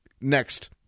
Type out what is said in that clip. Next